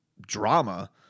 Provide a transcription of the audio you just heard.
drama